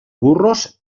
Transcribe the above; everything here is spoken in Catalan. burros